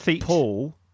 Paul